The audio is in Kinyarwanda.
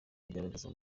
yigaragaza